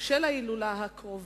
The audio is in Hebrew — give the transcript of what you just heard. על ההילולה הקרובה.